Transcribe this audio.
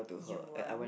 you want